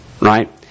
Right